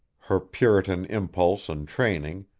her puritan impulse and training,